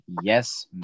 yes